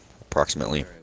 Approximately